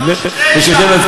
יש הבדל.